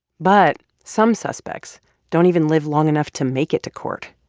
but some suspects don't even live long enough to make it to court.